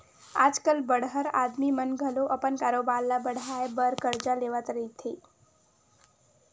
आज कल बड़हर आदमी मन घलो अपन कारोबार ल बड़हाय बर करजा लेवत रहिथे